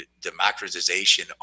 democratization